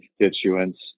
constituents